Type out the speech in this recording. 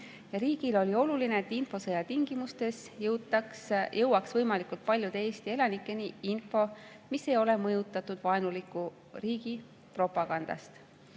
Riigile oli oluline, et infosõja tingimustes jõuaks võimalikult paljude Eesti elanikeni info, mis ei ole mõjutatud vaenuliku riigi propagandast.